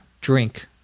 drink